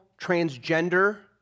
transgender